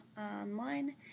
online